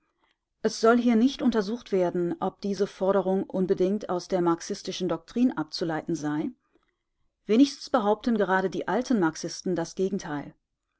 es soll hier nicht untersucht werden ob diese forderung unbedingt aus der marxistischen doktrin abzuleiten sei wenigstens behaupten gerade die alten marxisten das gegenteil